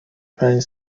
پنج